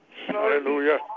Hallelujah